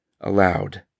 aloud